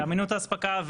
על אמינות האספקה,